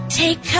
take